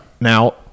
Now